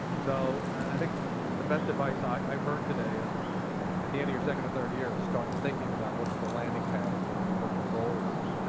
so i think the best advice i i have heard today is at the end of your second or third year, start thinking about what the landing pad is going to be, what the goal is